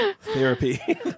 Therapy